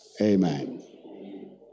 Amen